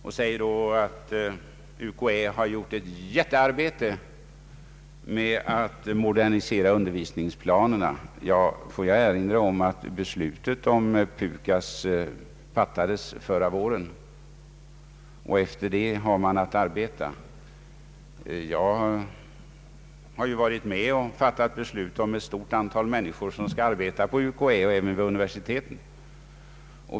Han anför att UKA har utfört ett jättearbete med att modernisera undervisningsplanerna. Låt mig erinra om att beslutet om PUKAS fattades förra våren och att man har att arbeta efter det. Jag har varit med om att fatta beslut om ett stort antal människor som skall arbeta på UKÄ och även vid universiteten.